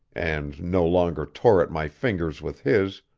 and no longer tore at my fingers with his,